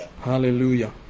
Hallelujah